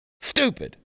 Stupid